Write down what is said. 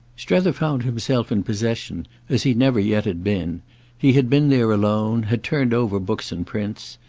strether found himself in possession as he never yet had been he had been there alone, had turned over books and prints,